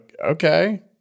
okay